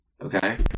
Okay